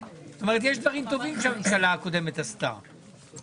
הישיבה ננעלה בשעה 12:10 סיום >>